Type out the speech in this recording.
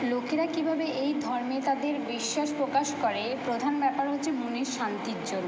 লোকেরা কীভাবে এই ধর্মে তাদের বিশ্বাস প্রকাশ করে প্রধান ব্যাপার হচ্ছে মনের শান্তির জন্য